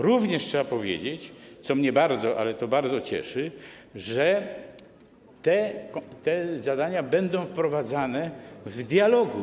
Również trzeba powiedzieć, co mnie bardzo, ale to bardzo cieszy, że te zadania będą wprowadzane w dialogu.